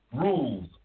rules